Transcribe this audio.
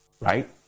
right